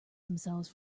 themselves